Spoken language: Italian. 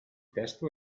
testo